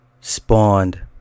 spawned